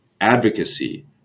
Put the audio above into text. advocacy